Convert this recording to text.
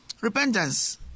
repentance